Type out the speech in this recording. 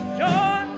joy